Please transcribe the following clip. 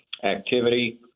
activity